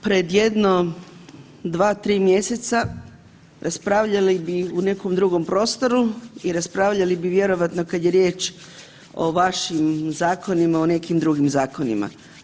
Pred jedno 2-3 mjeseca raspravljali bi u nekom drugom prostoru i raspravljali bi vjerojatno kad je riječ o vašim zakonima i o nekim drugim zakonima.